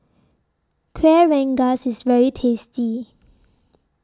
Kueh Rengas IS very tasty